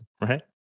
right